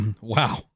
Wow